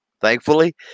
thankfully